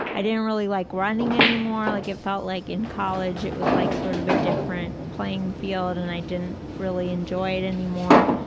i didn't really like running anymore. like it felt like in college it was like sort of a different playing field. and i didn't really enjoy it anymore.